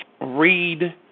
read